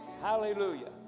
Hallelujah